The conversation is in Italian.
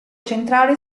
centrale